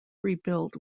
rebuilt